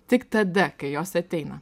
tik tada kai jos ateina